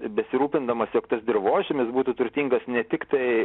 besirūpindamas jog tas dirvožemis būtų turtingas ne tiktai